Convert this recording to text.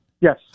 Yes